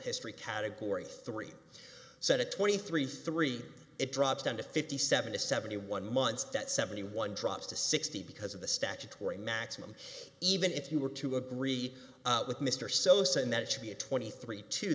history category three so the twenty three three it drops down to fifty seven to seventy one months that seventy one drops to sixty because of the statutory maximum even if you were to agree with mr sosa and that it should be a twenty three t